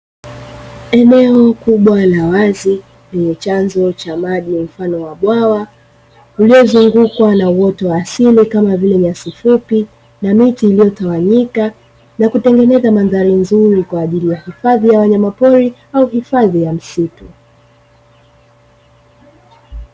Eneo kubwa la wazi lenye chanzo cha maji mfano wa bwawa, uliozungukwa na uoto wa asili kama vile nyasi vupi na miti iliyotawanyika, na kutengeneza mandhari nzuri kwa ajili ya hifadhi ya wanyama pori au hifadhi ya msitu.